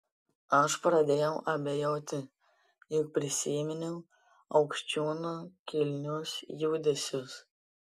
aš pradėjau abejoti juk prisiminiau aukščiūno kilnius judesius